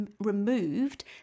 removed